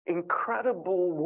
incredible